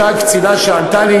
אותה קצינה שענתה לי,